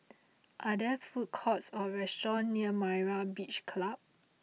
are there food courts or restaurants near Myra's Beach Club